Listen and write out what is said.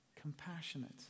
compassionate